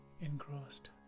engrossed